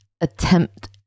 attempt